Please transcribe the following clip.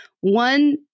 One